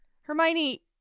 Hermione